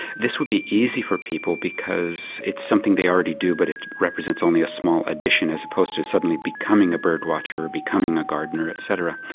this would be easy for people because it's something they already do but it represents only a small addition as opposed to suddenly becoming a bird watcher, becoming a gardener, etc.